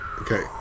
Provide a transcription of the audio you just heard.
okay